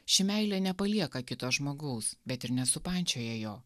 ši meilė nepalieka kito žmogaus bet ir nesupančioja jo